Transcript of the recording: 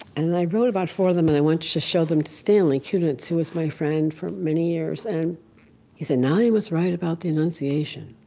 and i wrote about four of them, and i went to show them to stanley kunitz, who was my friend for many years. and he said, now you must write about the annunciation.